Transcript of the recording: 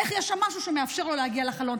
איך יש שם משהו שמאפשר לו להגיע לחלון?